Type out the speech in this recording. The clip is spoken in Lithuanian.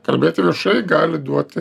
kalbėti viešai gali duoti